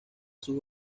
sus